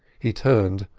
he turned,